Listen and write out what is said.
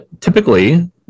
typically